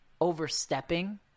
overstepping